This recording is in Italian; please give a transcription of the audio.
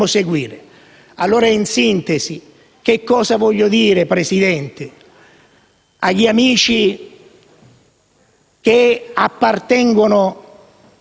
seguire. Allora, in sintesi, che cosa voglio dire, Presidente, agli amici che appartengono a